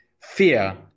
fear